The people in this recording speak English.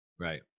Right